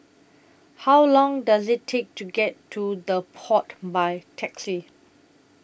How Long Does IT Take to get to The Pod By Taxi